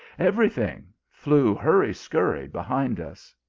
every thing, flew hurry-scurry behind us.